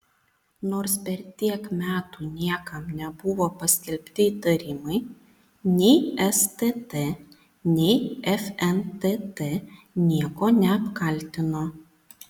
nors per tiek metų niekam nebuvo paskelbti įtarimai nei stt nei fntt nieko neapkaltino